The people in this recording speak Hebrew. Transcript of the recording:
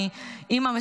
אימא,